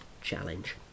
challenge